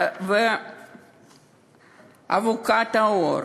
ואבוקת האור